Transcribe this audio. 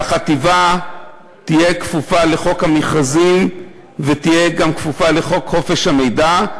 שהחטיבה תהיה כפופה לחוק חובת המכרזים ותהיה גם כפופה לחוק חופש המידע,